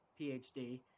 PhD